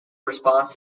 response